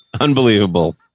Unbelievable